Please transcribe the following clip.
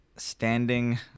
Standing